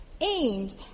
aimed